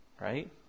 right